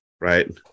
Right